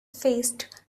faced